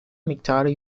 miktarı